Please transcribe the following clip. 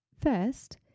First